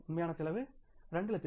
உண்மையான செலவு 2